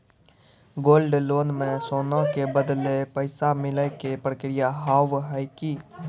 Gold loan मे सोना के बदले पैसा मिले के प्रक्रिया हाव है की?